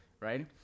Right